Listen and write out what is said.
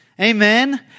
Amen